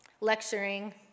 lecturing